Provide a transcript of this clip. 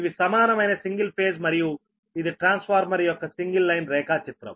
ఇది సమానమైన single phase మరియు ఇది ట్రాన్స్ఫార్మర్ యొక్క సింగిల్ లైన్ రేఖా చిత్రం